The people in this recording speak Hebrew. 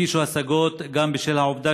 הגישו השגות גם בשל העובדה